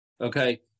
okay